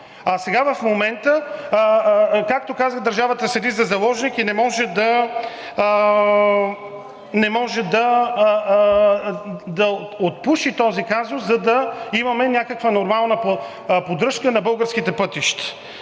А сега, в момента, както казах държавата седи за заложник и не може да отпуши този казус, за да имаме някаква нормална поддръжка на българските пътища.